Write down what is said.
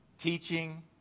teaching